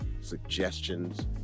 suggestions